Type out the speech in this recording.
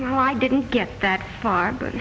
well i didn't get that far but